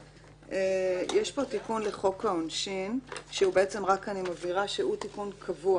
יש פה תיקון לחוק העונשין שהוא תיקון קבוע,